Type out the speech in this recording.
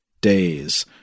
days